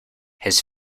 his